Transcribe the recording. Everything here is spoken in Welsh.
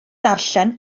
ddarllen